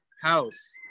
house